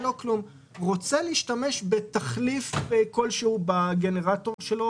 רוצה להשתמש בתחליף כלשהו בגנרטור שלו